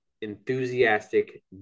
Enthusiastic